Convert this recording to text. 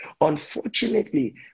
Unfortunately